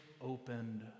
opened